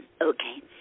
Okay